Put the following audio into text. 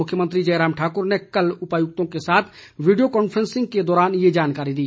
मुख्यमंत्री जयराम ठाकुर ने कल उपायुक्तों के साथ वीडियों कॉफ्रेंसिंग के दौरान ये जानकारी दी